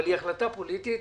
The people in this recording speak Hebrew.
אבל היא החלטה פוליטית,